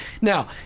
Now